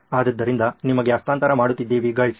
ಆದ್ದರಿಂದ ನಿಮಗೆ ಹಸ್ತಾಂತರ ಮಾಡುತ್ತಿದಿವಿ ಗೈಸ್